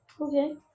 Okay